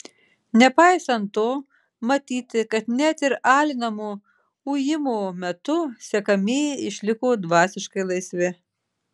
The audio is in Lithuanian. nepaisant to matyti kad net ir alinamo ujimo metu sekamieji išliko dvasiškai laisvi